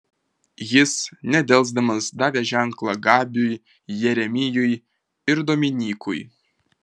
jis nedelsdamas davė ženklą gabiui jeremijui ir dominykui